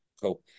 cool